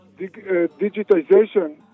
digitization